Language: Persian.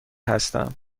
هستم